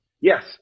Yes